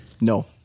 No